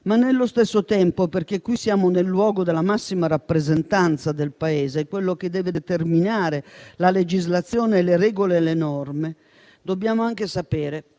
ma nello stesso tempo, poiché siamo nel luogo della massima rappresentanza del Paese, quello che deve determinare la legislazione, le regole e le norme, dobbiamo sapere